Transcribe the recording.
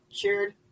cured